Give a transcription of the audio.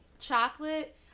chocolate